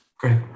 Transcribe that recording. Great